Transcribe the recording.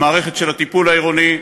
המערכת של הטיפול העירוני,